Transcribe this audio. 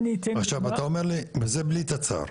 עכשיו אתה אומר לי זה בלי תצ"ר.